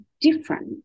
different